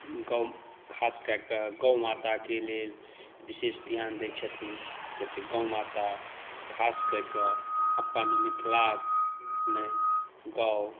गौ खास कएकऽ गौ माताकेँ लेल विशेष ध्यान दैत छथिन किआ तऽ गौ माता खास कएकऽ अपन मिथिलामे गौ